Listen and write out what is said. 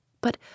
But